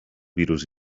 virus